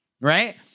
right